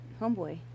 Homeboy